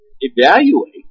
evaluate